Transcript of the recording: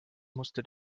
musste